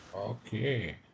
Okay